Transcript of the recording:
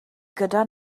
gyda